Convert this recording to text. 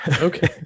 Okay